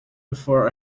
before